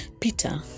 Peter